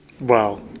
Wow